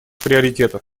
приоритетов